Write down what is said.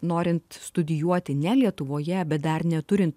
norint studijuoti ne lietuvoje bet dar neturint